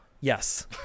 Yes